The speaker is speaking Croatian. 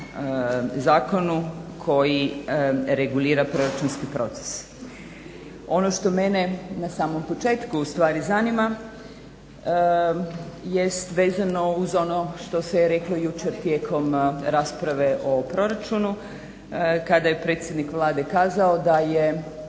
zakonu koji regulira proračunski proces. Ono što mene na samom početku ustvari zanima jest vezano uz ono što se reklo jučer tijekom rasprave o proračunu kada je predsjednik Vlade kazao da je